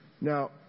Now